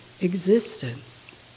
existence